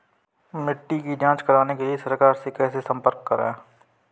मिट्टी की जांच कराने के लिए सरकार से कैसे संपर्क करें?